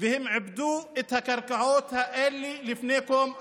והם עיבדו את הקרקעות האלה לפני קום המדינה,